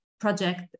project